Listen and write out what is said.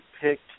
picked